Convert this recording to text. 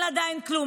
אין לה עדיין כלום,